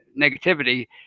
negativity